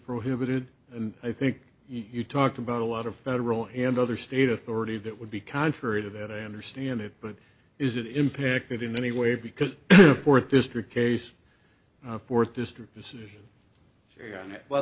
prohibited and i think you talked about a lot of federal and other state authority that would be contrary to that i understand it but is it impacted in any way because the fourth district carries a fourth